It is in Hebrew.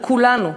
על כולנו,